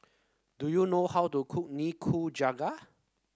do you know how to cook Nikujaga